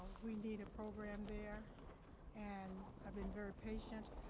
we need a program there and have been very patient.